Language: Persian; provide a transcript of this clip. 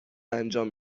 انجام